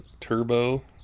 turbo